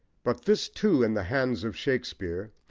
but this, too, in the hands of shakespeare,